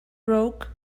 broke